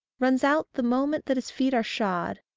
runs out the moment that his feet are shod,